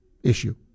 Issue